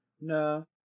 No